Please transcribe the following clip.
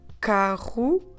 carro